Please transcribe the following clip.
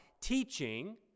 teaching